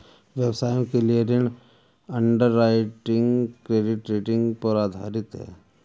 व्यवसायों के लिए ऋण अंडरराइटिंग क्रेडिट रेटिंग पर आधारित है